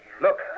Look